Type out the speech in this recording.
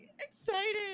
excited